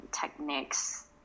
techniques